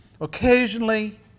occasionally